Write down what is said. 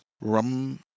rum